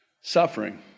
Suffering